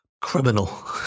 Criminal